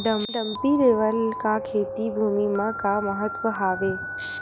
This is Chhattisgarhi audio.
डंपी लेवल का खेती भुमि म का महत्व हावे?